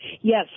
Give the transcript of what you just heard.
Yes